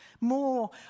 more